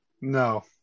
No